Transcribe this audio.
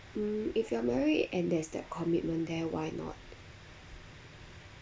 mm if you are married and there's that commitment there why not